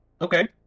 Okay